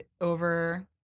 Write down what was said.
over